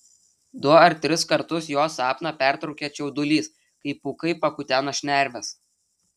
du ar tris kartus jo sapną pertraukia čiaudulys kai pūkai pakutena šnerves